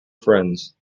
friends